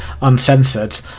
uncensored